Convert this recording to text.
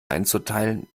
einzuteilen